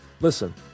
listen